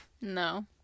No